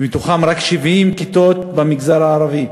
ומתוכן רק 70 כיתות במגזר הערבי.